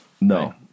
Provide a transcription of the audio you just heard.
No